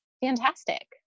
fantastic